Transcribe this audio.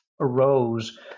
arose